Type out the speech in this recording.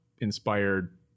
inspired